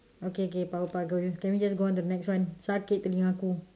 okay okay power puff girl can we just go onto the next one sakit telinga aku